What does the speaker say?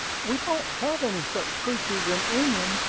we don't have any such creatures in england.